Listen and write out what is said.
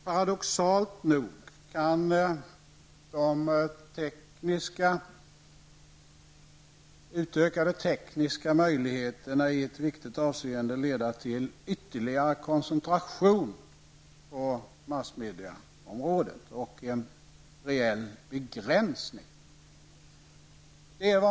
Paradoxalt nog kan de utökade tekniska möjligheterna i ett viktigt avseende leda till ytterligare koncentration på massmedieområdet och till en rejäl begränsning.